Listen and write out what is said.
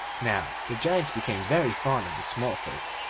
now the giants became very fond of the small folk,